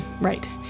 Right